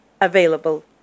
available